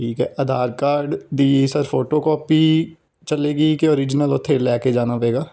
ਠੀਕ ਹੈ ਆਧਾਰ ਕਾਰਡ ਦੀ ਸਰ ਫੋਟੋਕੋਪੀ ਚੱਲੇਗੀ ਕਿ ਓਰੀਜਨਲ ਉੱਥੇ ਲੈ ਕੇ ਜਾਣਾ ਪਵੇਗਾ